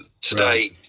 today